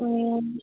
ଓ ମ